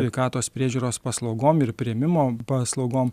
sveikatos priežiūros paslaugom ir priėmimo paslaugom